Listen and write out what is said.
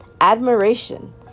admiration